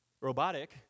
robotic